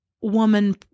woman